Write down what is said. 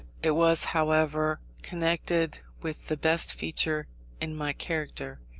it was, however, connected with the best feature in my character,